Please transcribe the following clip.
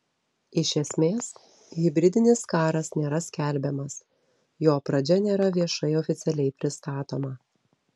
iš esmės hibridinis karas nėra skelbiamas jo pradžia nėra viešai oficialiai pristatoma